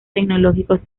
tecnológicos